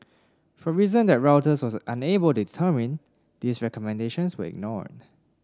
for reason that Reuters was unable determine these recommendations were ignored